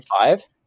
five